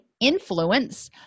influence